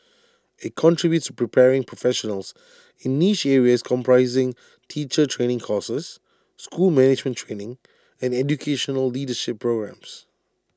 IT contributes preparing professionals in niche areas comprising teacher training courses school management training and educational leadership programmes